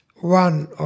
one